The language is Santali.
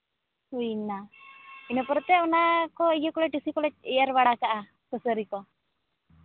ᱦᱩᱭᱱᱟ ᱤᱱᱟᱹ ᱯᱚᱨᱮᱛᱮ ᱚᱱᱟ ᱠᱚ ᱤᱭᱟᱹ ᱠᱚᱞᱮ ᱴᱤᱥᱤ ᱠᱚᱞᱮ ᱮᱨ ᱵᱟᱲᱟ ᱠᱟᱜᱼᱟ ᱠᱟᱹᱥᱟᱹᱨᱤ ᱠᱚ